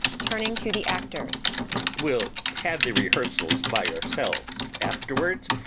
turning to the actors we'll have the rehearsals by our selves, afterwards,